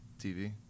TV